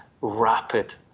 rapid